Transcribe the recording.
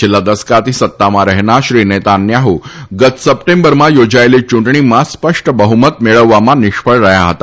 છેલ્લા દસકાથી સત્તામાં રહેનાર શ્રી નેતાન્યાહ્ ગત સપ્ટેમ્બરમાં યોજાયેલી યુંટણીમાં સ્પષ્ટ બહુમત મેળવવામાં નિષ્ફળ રહયાં હતા